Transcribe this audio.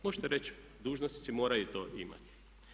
Možete reći dužnosnici moraju to imati.